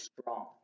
strong